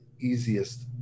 easiest